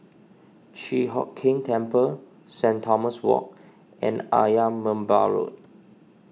Chi Hock Keng Temple Saint Thomas Walk and Ayer Merbau Road